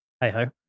hey-ho